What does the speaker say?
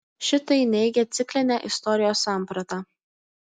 šitai neigia ciklinę istorijos sampratą